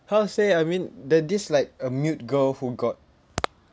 how to say I mean there this like a mute girl who got